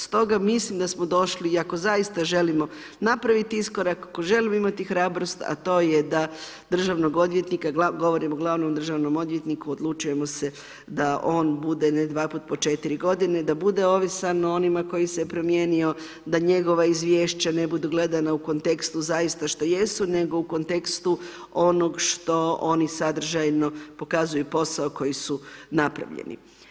Stoga mislim da smo došli i ako zaista želimo napraviti iskorak, ako želimo imati hrabrost a to je da državnog odvjetnika, govorim o glavnom državnom odvjetniku odlučujemo se da on bude … dva puta po 4 godine, da bude ovisan o onima koji se promijenio, da njegova izvješća ne budu gledana u kontekstu zaista što jesu nego u kontekstu onog što oni sadržajno pokazuju, posao koji su napravljeni.